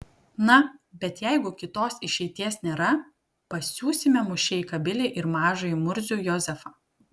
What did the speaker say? na bet jeigu kitos išeities nėra pasiųsime mušeiką bilį ir mažąjį murzių jozefą